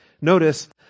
notice